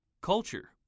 Culture